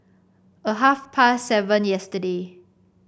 a half past seven yesterday